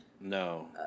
No